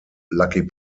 lucky